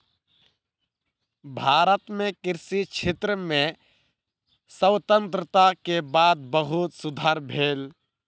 भारत मे कृषि क्षेत्र में स्वतंत्रता के बाद बहुत सुधार भेल